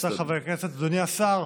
רבותיי חברי הכנסת, אדוני השר,